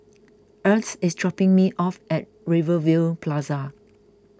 Ernst is dropping me off at Rivervale Plaza